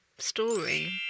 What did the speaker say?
story